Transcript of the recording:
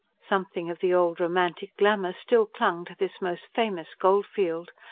something of the old, romantic glamour still clung to this most famous gold-field,